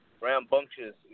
Rambunctious